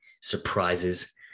surprises